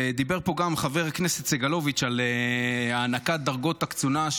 דיבר פה גם חבר הכנסת סגלוביץ' על הענקת דרגות הקצונה,